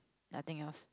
nothing else